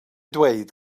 dweud